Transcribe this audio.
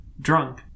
drunk